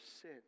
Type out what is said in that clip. sin